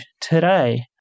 today